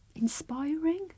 inspiring